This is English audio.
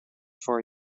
for